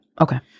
Okay